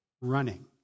running